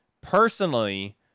personally